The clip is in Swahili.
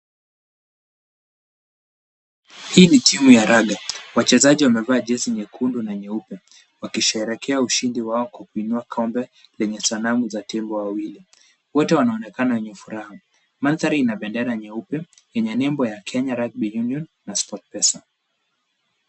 Hii ni timu ya Rada. Wachezaji wamevaa jezi nyekundu na nyeupe, wakisherehekea ushindi wao kwa kuinua kamba yenye sanamu za tembo wawili. Wote wanaonekana wenye furaha. Mandhari ina bendera nyeupe, yenye nembo ya Kenya Rugby Union na Sport Pesa.